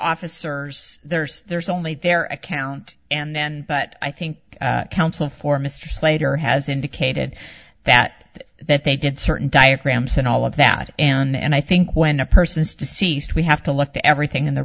officers there's there's only their account and then but i think counsel for mr slater has indicated that that they did certain diagrams and all of that and i think when a person is deceased we have to let the everything in the